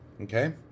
Okay